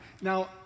now